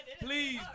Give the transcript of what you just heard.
please